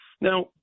Now